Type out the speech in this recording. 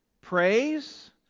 praise